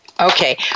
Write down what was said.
Okay